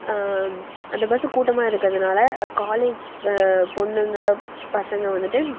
அந்த பஸ் கூட்டமாக இருக்கிறதுனால காலேஜ் பொண்ணுங்கள் பசங்கள் வந்துட்டு